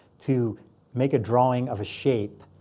to make a drawing of a shape,